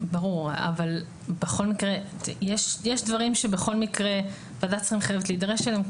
יש דברים שבכל מקרה ועדת שרים חייבת להידרש אליהן,